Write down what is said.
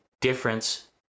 difference